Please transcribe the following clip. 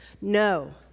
No